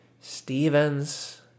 Stevens